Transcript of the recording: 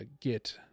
get